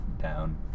down